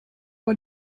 war